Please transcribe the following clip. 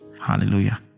hallelujah